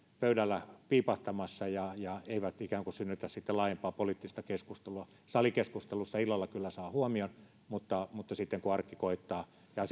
pöydällä piipahtamassa ja ja eivät ikään kuin synnytä sitten laajempaa poliittista keskustelua salikeskustelussa illalla kyllä saa huomion mutta sitten kun arki koittaa ja